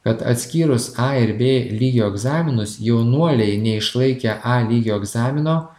kad atskyrus a ir b lygio egzaminus jaunuoliai neišlaikę a lygio egzamino